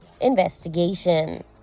investigation